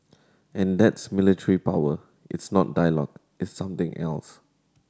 and that's military power it's not dialogue it's something else